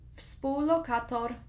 współlokator